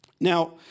Now